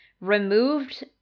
removed